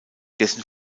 dessen